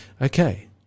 okay